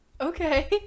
Okay